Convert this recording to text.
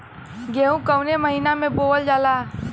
गेहूँ कवने महीना में बोवल जाला?